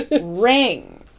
ring